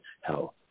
health